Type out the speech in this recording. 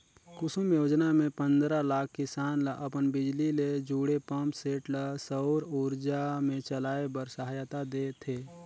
कुसुम योजना मे पंदरा लाख किसान ल अपन बिजली ले जुड़े पंप सेट ल सउर उरजा मे चलाए बर सहायता देह थे